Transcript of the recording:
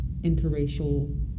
interracial